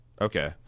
Okay